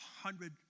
hundred